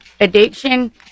addiction